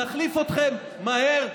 נחליף אתכם מהר מאוד.